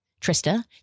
Trista